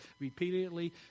repeatedly